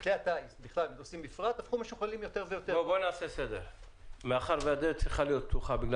רק הטייסים לא הצליחו לפענח את הפער בין מה שהם ראו במכשירים לבין